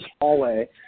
hallway